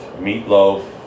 Meatloaf